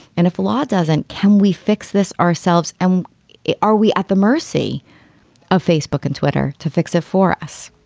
and if the law doesn't, can we fix this ourselves? and are we at the mercy of facebook and twitter to fix it for us?